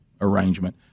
arrangement